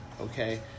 Okay